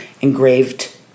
engraved